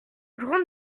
grande